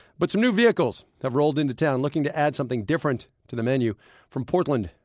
but some new vehicles have rolled into town looking to add something different to the menu from portland,